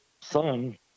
son